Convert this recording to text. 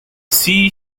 she